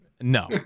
No